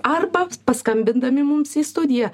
arba paskambindami mums į studiją